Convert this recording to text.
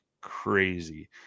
crazy